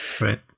Right